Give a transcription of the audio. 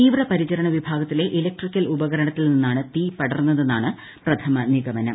തീവ്ര പരിചരണ വിഭാഗത്തിലെ ഇലക്ട്രിക്കൽ ഉപകരണത്തിൽ നിന്നാണ് തീ പടർന്നതെന്നാണ് പ്രഥമ നിഗമനം